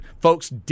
folks